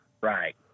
Right